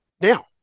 Now